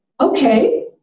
okay